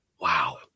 Wow